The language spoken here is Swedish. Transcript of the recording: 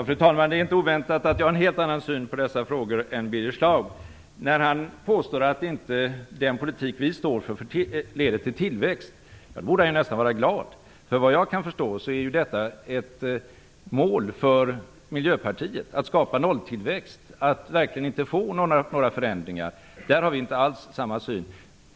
Fru talman! Det är inte oväntat att jag har en helt annan syn på dessa frågor än Birger Schlaug. Han påstår att den politik som vi står för inte leder till tillväxt. Men då borde han nästan vara glad. Såvitt jag förstår är det ett mål för Miljöpartiet att skapa nolltillväxt, att verkligen inte få några förändringar. Där har vi inte alls samma syn.